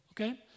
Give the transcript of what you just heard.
okay